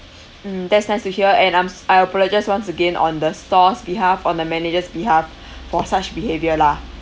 mm that's nice to hear and I'm s~ I apologise once again on the store's behalf on the manager's behalf for such behaviour lah